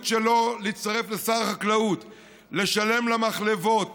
שלו להצטרף לשר החקלאות לשלם למחלבות